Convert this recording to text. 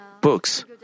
books